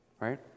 right